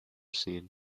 seen